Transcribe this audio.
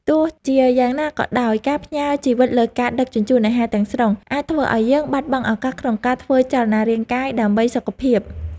ទោះជាយ៉ាងណាក៏ដោយការផ្ញើជីវិតលើការដឹកជញ្ជូនអាហារទាំងស្រុងអាចធ្វើឲ្យយើងបាត់បង់ឱកាសក្នុងការធ្វើចលនារាងកាយដើម្បីសុខភាព។